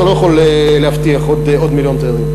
אתה לא יכול להבטיח עוד מיליון תיירים.